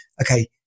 okay